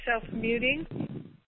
self-muting